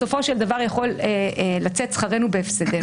בסופו של דבר יכול לצאת שכרנו בהפסדנו.